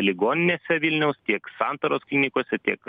ligoninėse vilniaus tiek santaros klinikose tiek